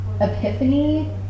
epiphany